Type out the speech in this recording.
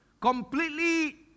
Completely